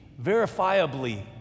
verifiably